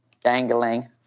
dangling